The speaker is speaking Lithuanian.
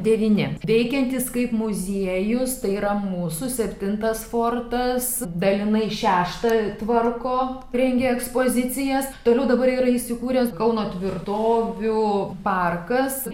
devyni veikiantis kaip muziejus tai yra mūsų septintas fortas dalinai šeštą tvarko rengia ekspozicijas toliau dabar yra įsikūręs kauno tvirtovių parkas